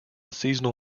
seasonal